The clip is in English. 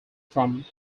from